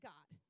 God